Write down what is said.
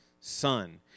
son